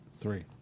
three